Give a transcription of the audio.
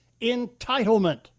entitlement